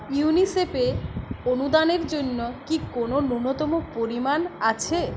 ইউনিসেফে অনুদানের জন্য কি কোনো ন্যূনতম পরিমাণ আছে